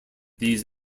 these